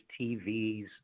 TVs